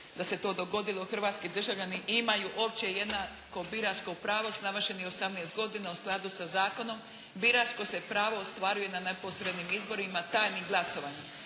da se to dogodilo: "Hrvatski državljani imaju opće i jednako biračko pravo s navršenih 18 godina u skladu sa zakonom. Biračko pravo se ostvaruje na neposrednim izborima tajnim glasovanjem.